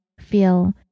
feel